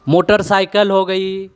motor cycle हो गई